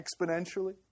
exponentially